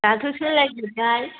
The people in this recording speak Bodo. दाथ' सोलायजोब्बाय